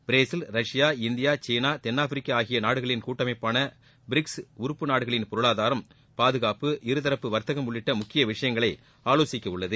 Brazil Russia India China தென்னாப்பிரிக்கா ஆகிய நாடுகளின் கூட்டமைப்பாள பிரிக்ஸ் உறுப்பு நாடுகளின் பொருளாதாரம் பாதுகாப்பு இருதரப்பு வர்த்தகம் உள்ளிட்ட முக்கிய விஷயங்களை ஆலோசிக்க உள்ளது